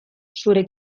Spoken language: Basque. zure